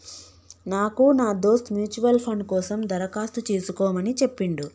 నాకు నా దోస్త్ మ్యూచువల్ ఫండ్ కోసం దరఖాస్తు చేసుకోమని చెప్పిండు